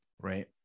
Right